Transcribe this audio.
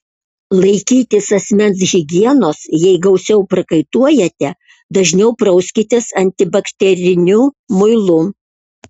laikytis asmens higienos jei gausiau prakaituojate dažniau prauskitės antibakteriniu muilu